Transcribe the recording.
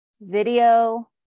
video